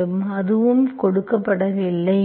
ஆகவே எதுவும் கொடுக்கப்படவில்லை